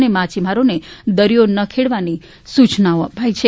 તથા માછીમારોને દરીયો ન ખેડવાની સૂચના અપાઈ છે